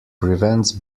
prevents